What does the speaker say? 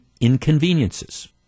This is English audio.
inconveniences